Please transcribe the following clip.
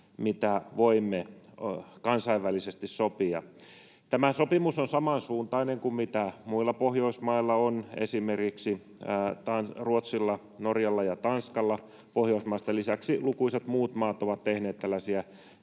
mitä voimme kansainvälisesti sopia. Tämä sopimus on samansuuntainen kuin mitä muilla Pohjoismailla on — esimerkiksi Ruotsilla, Norjalla ja Tanskalla. Pohjoismaiden lisäksi lukuisat muut maat ovat tehneet tällaisia